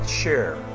share